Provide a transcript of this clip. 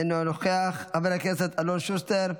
אינו נוכח, חבר הכנסת אלון שוסטר,